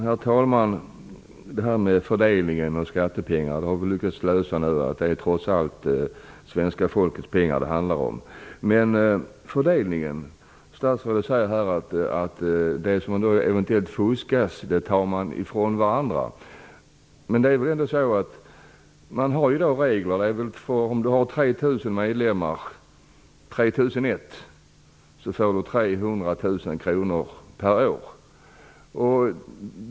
Herr talman! Vi har nu lyckats konstatera att det trots allt är svenska folkets pengar det här handlar om. Men angående fördelningen: Statsrådet säger att de pengar som man eventuellt fuskar till sig tar föreningarna från varandra. Men det finns ju i dag regler för detta. Om en förening i dag har 3 001 medlemmar får den 300 000 kr per år.